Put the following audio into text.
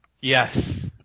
Yes